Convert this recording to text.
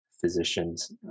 physician's